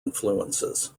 influences